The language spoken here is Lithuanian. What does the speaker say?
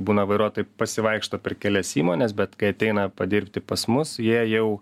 būna vairuotojai pasivaikšto per kelias įmones bet kai ateina padirbti pas mus jie jau